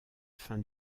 fin